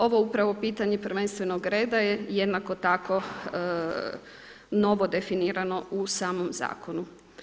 Ovo upravo pitanje prvenstvenog reda je jednako tako novo definirano u samom zakonu.